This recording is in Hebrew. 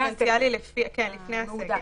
וצהובים לפני הסגר,